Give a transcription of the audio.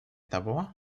того